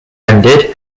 ended